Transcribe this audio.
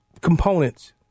components